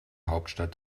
hauptstadt